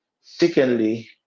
Secondly